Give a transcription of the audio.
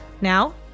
Now